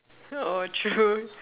oh true